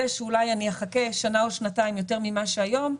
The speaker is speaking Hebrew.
שאולי אני אחכה שנה או שנתיים יותר ממה שהיום,